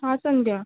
हां संध्या